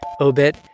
Obit